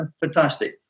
fantastic